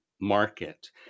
market